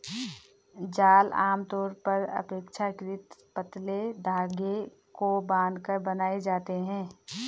जाल आमतौर पर अपेक्षाकृत पतले धागे को बांधकर बनाए जाते हैं